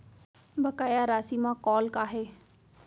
बकाया राशि मा कॉल का हे?